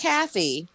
Kathy